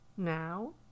now